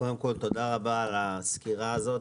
קודם כל, תודה רבה על הסקירה הזאת,